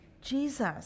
Jesus